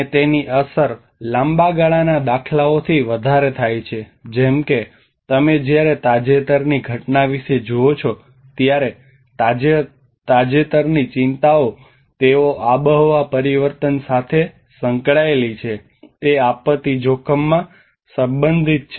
અને તેની અસર લાંબા ગાળાના દાખલાઓથી વધારે થાય છે જેમ કે તમે જ્યારે તાજેતરની ઘટના વિશે જુઓ છો ત્યારે તાજેતરની ચિંતાઓ તેઓ આબોહવા પરિવર્તન સાથે સંકળાયેલી છે તે આપત્તિ જોખમમાં સંબંધિત છે